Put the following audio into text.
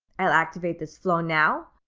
i'll activate this flow now,